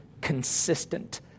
consistent